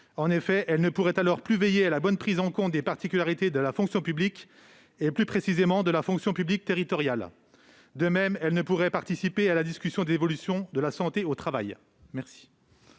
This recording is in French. travail. Elles ne pourraient plus alors veiller à la bonne prise en compte des particularités de la fonction publique, en particulier de la fonction publique territoriale. De même, elles ne pourraient plus participer à la discussion des évolutions de la santé au travail. Quel